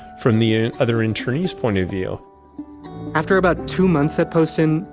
from the other internees point of view after about two months at poston,